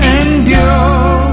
endure